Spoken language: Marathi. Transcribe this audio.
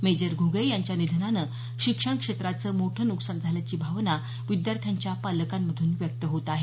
मेजर घुगे यांच्या निधनानं शिक्षण क्षेत्राचं मोठं नुकसान झाल्याची भावना विद्यार्थ्यांच्या पालकांमधून व्यक्त होत आहे